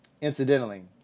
Incidentally